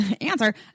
answer